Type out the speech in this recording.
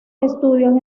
estudios